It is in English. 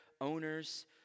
owner's